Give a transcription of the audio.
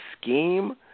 scheme